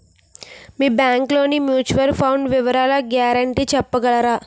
మీ bank లోని mutual fund వివరాల guarantee చెప్పగలరా?